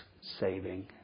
saving